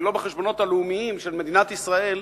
ולא בחשבונות הלאומיים של מדינת ישראל,